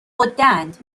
غدهاند